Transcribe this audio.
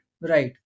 Right